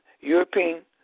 European